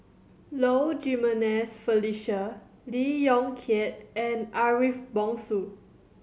Low Jimenez Felicia Lee Yong Kiat and Ariff Bongso